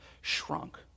shrunk